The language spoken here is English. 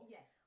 Yes